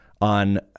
on